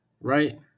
right